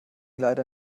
leider